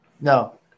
No